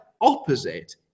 opposite